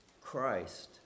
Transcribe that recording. Christ